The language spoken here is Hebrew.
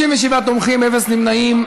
40 תומכים, אין מתנגדים, אין נמנעים.